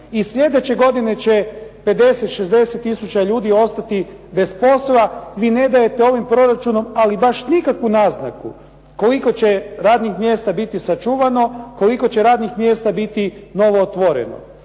I sljedeće godine će 50, 60 tisuća ljudi ostati bez posla. Vi ne dajete ovim proračunom ali baš nikakvu naznaku koliko će radnih mjesta biti sačuvano, koliko će radnih mjesta biti novootvoreno.